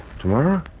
Tomorrow